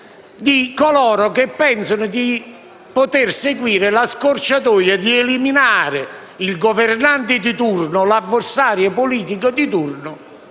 di coloro che pensano di poter seguire la scorciatoia di eliminare il governante di turno, l'avversario politico di turno,